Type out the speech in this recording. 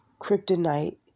Kryptonite